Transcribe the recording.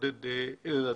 מעודד את הדיון בו.